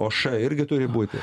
o š irgi turi būti